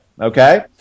Okay